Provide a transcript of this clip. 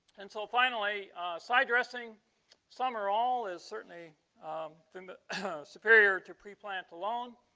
and so finally side dressing some are all is certainly the superior to pre plant alone